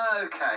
Okay